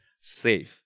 safe